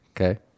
Okay